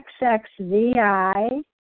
XXVI